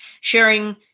sharing